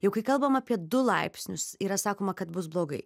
jau kai kalbam apie du laipsnius yra sakoma kad bus blogai